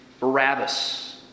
Barabbas